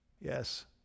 Yes